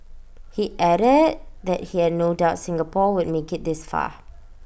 he added that he had no doubt Singapore would make IT this far